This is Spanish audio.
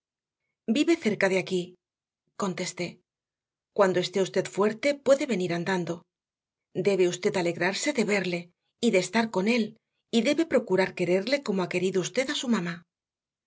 vive cerca de aquí contesté cuando esté usted fuerte puede venir andando debe usted alegrarse de verle y de estar con él y debe procurar quererle como ha querido usted a su mamá